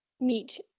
meet